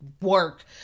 work